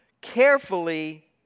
carefully